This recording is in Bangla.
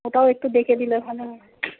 ওটাও একটু দেখে দিলে ভালো